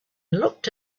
looked